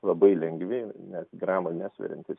labai lengvi net gramo nesveriantys